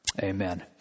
Amen